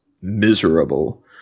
miserable